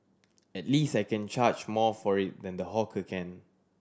at least I can charge more for it than the hawker can